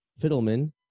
Fiddleman